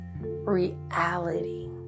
reality